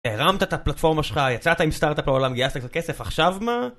אתה הרמת את הפלטפורמה שלך, יצאת עם סטארטאפ לעולם, גייסת קצת כסף, עכשיו מה?